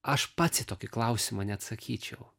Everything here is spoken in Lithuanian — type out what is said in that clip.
aš pats į tokį klausimą neatsakyčiau